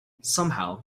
somehow